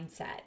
mindset